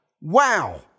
Wow